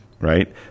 Right